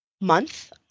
month